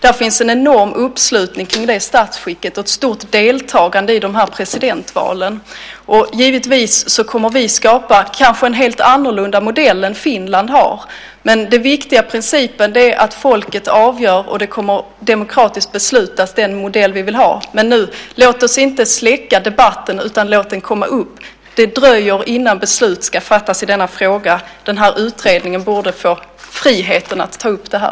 Där finns det en enorm uppslutning kring det statsskicket, och det är ett stort deltagande i de här presidentvalen. Givetvis kommer vi kanske att skapa en helt annorlunda modell än Finland har, men den viktiga principen är att folket avgör och att den modell vi vill ha kommer att beslutas demokratiskt. Men nu: Låt oss inte släcka debatten, utan låt den komma upp! Det dröjer innan beslut ska fattas i denna fråga. Den här utredningen borde få friheten att ta upp det här.